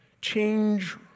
change